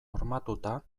hormatuta